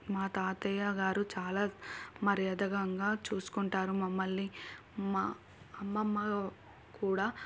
మా తాతయ్య గారు చాలా మర్యాదకరంగా చూసుకుంటారు మమ్మల్ని మా అమ్మమ్మ కూడా